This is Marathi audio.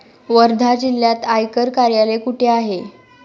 वर्धा जिल्ह्यात आयकर कार्यालय कुठे आहे?